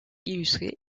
illustré